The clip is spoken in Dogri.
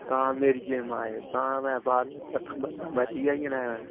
तां मेरिये माए तां मैं बाह्रला त ख बंदा मरी जाना मैं